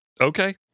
Okay